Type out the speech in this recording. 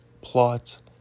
plot